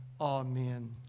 Amen